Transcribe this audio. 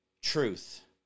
truth